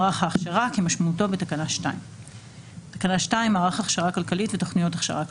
מערך ההכשרה כמשמעותו בתקנה 2. 2. מערך הכשרה כלכלית ותכניות הכשרה כלכלית.